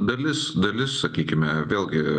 dalis dalis sakykime vėlgi